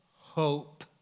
hope